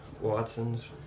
Watson's